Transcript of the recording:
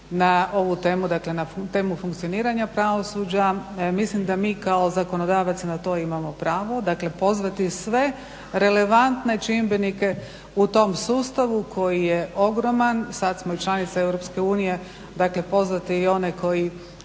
na ovu temu, dakle na temu funkcioniranja pravosuđa. Mislim da mi kao zakonodavac na to imamo pravo pozvati sve relevantne čimbenike u tom sustavu koji je ogroman. Sada smo članica EU dakle pozvati i one koji